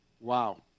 Wow